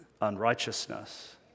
unrighteousness